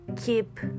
keep